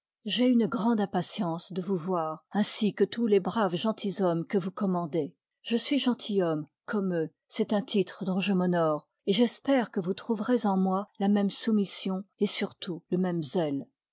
j'ai hir l une grande impatience de tous voir ainsi que tous les braves genlilshommes que tous commandez je suis gentil homme comme eux c'est un titre dont je m'honore et j'espère que vous trouverez en moi la même soumission et surtout le même zèle